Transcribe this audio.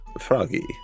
froggy